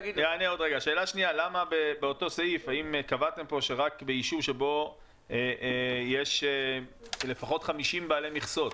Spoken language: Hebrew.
למה בתקנה 5(2) קבעתם רק ביישוב שבו יש לפחות 50 בעלי מכסות?